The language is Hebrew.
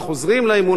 וחוזרים לאימון.